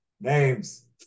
names